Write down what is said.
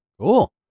Cool